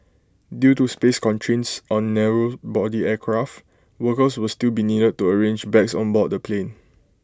due to space constraints on narrow body aircraft workers will still be needed to arrange bags on board the plane